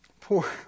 Poor